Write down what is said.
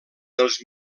dels